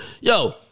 yo